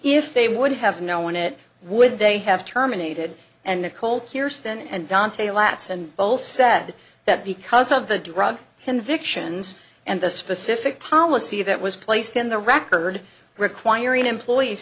if they would have known it would they have terminated and the cold pierston and dante lats and both said that because of the drug convictions and the specific policy that was placed in the record requiring employees